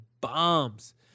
bombs